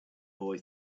boy